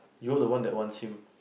you're the one that wants him